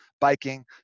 biking